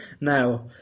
Now